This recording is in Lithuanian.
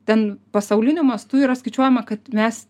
ten pasauliniu mastu yra skaičiuojama kad mes